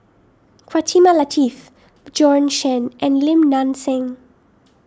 Quatimah Lateef Bjorn Shen and Lim Nang Seng